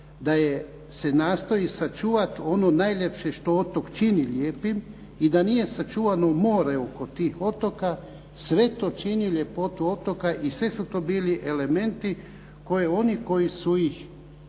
da se nastoji sačuvati ono najljepše što otok čini lijepim i da nije sačuvano more oko tih otoka, sve to čini ljepotu otoka i sve su to bili elementi koje oni koji su ih